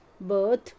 birth